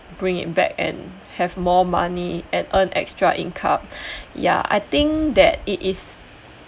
bring it back and have more money and earn extra income ya I think that it is